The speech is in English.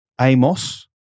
Amos